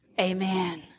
amen